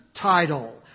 title